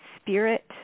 spirit